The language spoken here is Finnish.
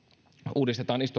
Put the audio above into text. uudistetaan